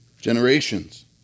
generations